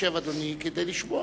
ישב אדוני כדי לשמוע.